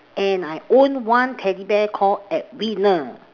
and I owned one teddy bear called edwina